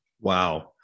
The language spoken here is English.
Wow